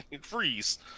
freeze